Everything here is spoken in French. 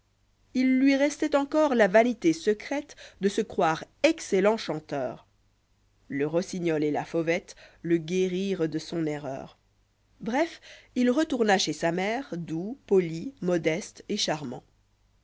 il lui restait éricorlajvahité secrète i dé se croire excellent chanteur le rossigribl et la fauvette v i i le guérirent de son erreur bref il retourna chez sa mère doux poli jmodeste et charmant